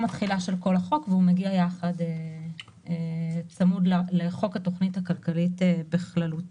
התחילה של כל החוק והוא מגיע צמוד לחוק התוכנית הכלכלית בכללותו.